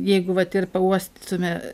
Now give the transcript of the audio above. jeigu vat ir pauostytume